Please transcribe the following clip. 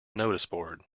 noticeboard